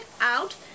out